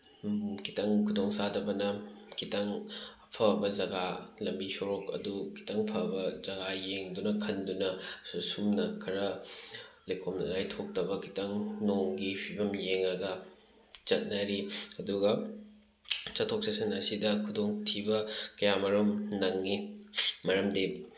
ꯑꯗꯨꯕꯨ ꯈꯤꯇꯪ ꯈꯨꯗꯣꯡꯆꯥꯗꯕꯅ ꯈꯤꯇꯪ ꯑꯐꯕ ꯖꯒꯥ ꯂꯝꯕꯤ ꯁꯣꯔꯣꯛ ꯑꯗꯨ ꯈꯤꯇꯪ ꯐꯕ ꯖꯒꯥ ꯌꯦꯡꯗꯨꯅ ꯈꯟꯗꯨꯅ ꯁꯨꯝꯅ ꯈꯔ ꯂꯩꯈꯣꯝ ꯂꯩꯅꯥꯏ ꯊꯣꯛꯇꯕ ꯈꯤꯇꯪ ꯅꯣꯡꯒꯤ ꯐꯤꯕꯝ ꯌꯦꯡꯉꯒ ꯆꯠꯅꯔꯤ ꯑꯗꯨꯒ ꯆꯠꯊꯣꯛ ꯆꯠꯁꯤꯟ ꯑꯁꯤꯗ ꯈꯨꯗꯣꯡꯊꯤꯕ ꯀꯌꯥꯃꯔꯨꯝ ꯅꯪꯏ ꯃꯔꯝꯗꯤ